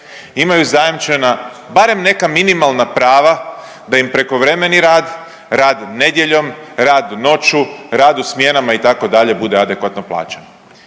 imaju zajamčena barem neka minimalna prava da im prekovremeni rad, rad nedjeljom, rad noću, rad u smjenama itd. bude adekvatno plaćen.